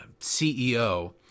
ceo